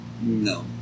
No